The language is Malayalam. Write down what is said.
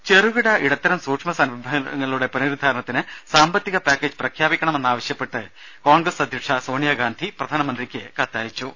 രേര ചെറുകിട ഇടത്തരം സൂക്ഷ്മ സംരഭങ്ങളുടെ പുനരുദ്ധാരണത്തിന് സാമ്പത്തിക പാക്കേജ് പ്രഖ്യാപിക്കണമെന്നാവശ്യപ്പെട്ട് കോൺഗ്രസ് അധ്യക്ഷ സോണിയാഗാന്ധി പ്രധാനമന്ത്രിയ്ക്ക് കത്തയച്ചു